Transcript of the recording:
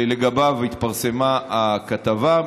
שלגביו התפרסמה הכתבה,